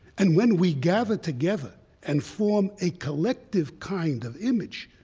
and when we gather together and form a collective kind of image,